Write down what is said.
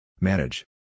Manage